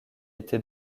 été